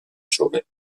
chauvet